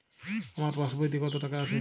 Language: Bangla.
আমার পাসবইতে কত টাকা আছে?